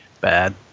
Bad